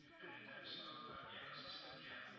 and in terms of the ecosystem, yeah,